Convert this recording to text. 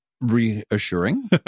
reassuring